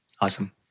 Awesome